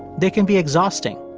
they can be exhausting,